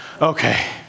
Okay